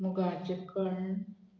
मुगांचें खण